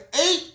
eight